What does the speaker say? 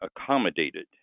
accommodated